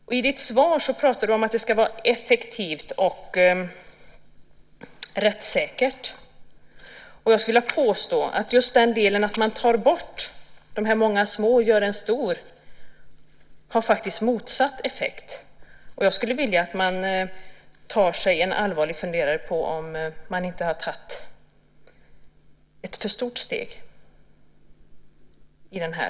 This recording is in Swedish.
I svaret pratar justitieministern om att det ska vara effektivt och rättssäkert. Jag skulle vilja påstå att just detta att man tar bort många små och gör en stor faktiskt har motsatt effekt. Jag skulle vilja att man tog sig en allvarlig funderare på om man inte har tagit ett för stort steg i den här utvecklingen.